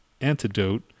antidote